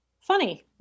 Funny